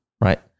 right